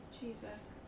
Jesus